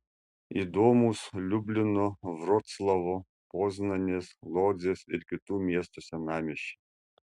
įdomūs liublino vroclavo poznanės lodzės ir kitų miestų senamiesčiai